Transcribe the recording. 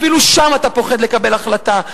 אפילו שם אתה פוחד לקבל החלטה.